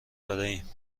دادهایم